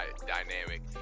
dynamic